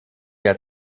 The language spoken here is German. der